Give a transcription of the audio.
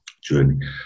journey